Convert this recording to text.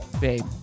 babe